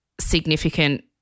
significant